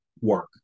work